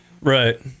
Right